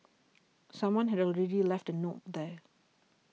someone had already left a note there